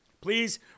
Please